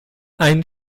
ein